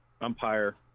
umpire